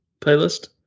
playlist